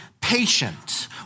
patient